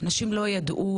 אנשים לא ידעו,